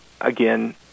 again